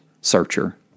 searcher